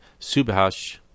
Subhash